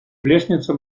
лестница